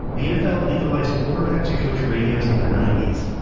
the nfl legalized quarterback to coach radios in the ninety s.